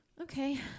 Okay